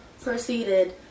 proceeded